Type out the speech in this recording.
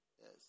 Yes